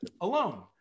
alone